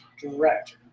director